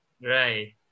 Right